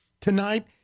tonight